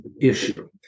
issue